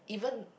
even